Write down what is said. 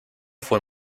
fue